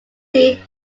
tree